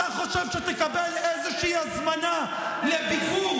אתה חושב שתקבל איזושהי הזמנה לביקור